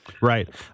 Right